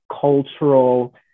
cultural